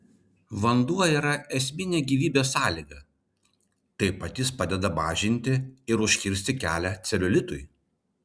vanduo yra esminė gyvybės sąlyga taip pat jis padeda mažinti ir užkirsti kelią celiulitui